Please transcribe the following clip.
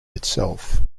itself